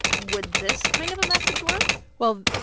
would this kind of a message work? well,